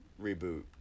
reboot